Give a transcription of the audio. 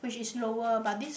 which is lower but this